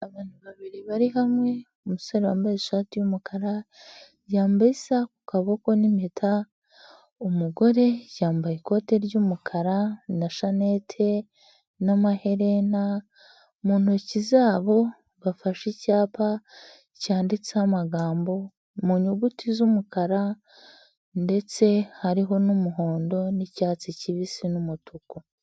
Abantu babiri bari hamwe, umusore wambaye ishati y'umukara, yambaye isaha ku kaboko n'impeta, umugore yambaye ikote ry'umukara na shanete n'amaherena, mu ntoki zabo bafashe icyapa, cyanditseho amagambo mu nyuguti z'umukara ndetse hariho n'umuhondo n'icyatsi kibisi n'umutuku.